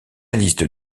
liste